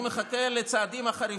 אני מחכה לצעדים החריפים.